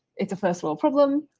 it's a personal problem,